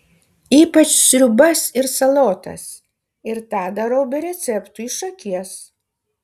ypač sriubas ir salotas ir tą darau be receptų iš akies